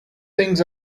things